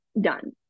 done